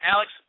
Alex